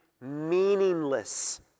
meaningless